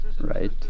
Right